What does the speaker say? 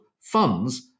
funds